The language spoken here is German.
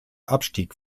abstieg